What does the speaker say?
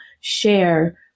share